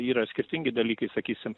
yra skirtingi dalykai sakysim